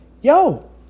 yo